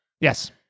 Yes